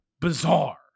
bizarre